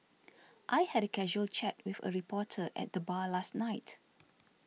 I had a casual chat with a reporter at the bar last night